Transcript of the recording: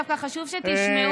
דווקא חשוב שתשמעו,